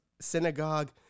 Synagogue